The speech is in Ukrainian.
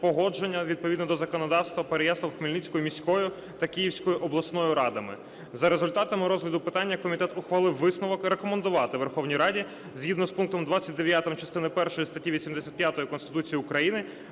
відповідно до законодавства Переяслав-Хмельницькою міською та Київською обласною радами. За результатами розгляду питання комітет ухвалив висновок рекомендувати Верховній Раді згідно з пунктом 29 частиною першою статті 85 Конституції України